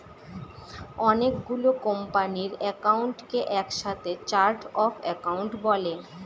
অনেকগুলো কোম্পানির একাউন্টকে এক সাথে চার্ট অফ একাউন্ট বলে